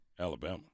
Alabama